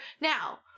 Now